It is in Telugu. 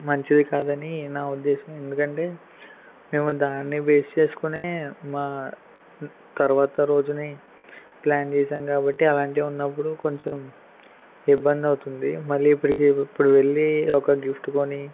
మంచిది కాదని నా ఉద్దేశం ఎందుకంటే మేము దాన్ని బేస్ చేసుకునే మా తర్వాత రోజుని ప్ల్యాన్ చేసాం కాబట్టి అలాంటివి ఉన్నప్పుడు కొంచెం ఇబ్బందవుతుంది మళ్ళీ ఇప్పడికి ఇప్పుడు వెళ్ళి ఒక గిఫ్ట్ కొని